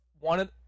Wanted